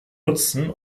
nutzen